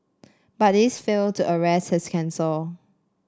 but these failed to arrest his cancer